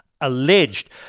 alleged